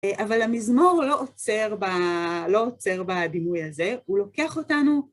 אבל המזמור לא עוצר בדימוי הזה, הוא לוקח אותנו...